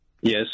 Yes